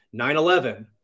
9-11